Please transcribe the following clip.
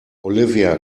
olivia